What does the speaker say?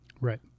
Right